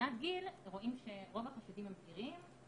מבחינת גיל רואים שרוב החשודים הם בגירים,